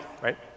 right